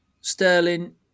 Sterling